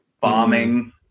bombing